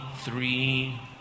three